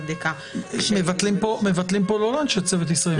בבדיקה --- לא מבטלים פה לאנשי צוות ישראלים,